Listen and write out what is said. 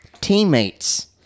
teammates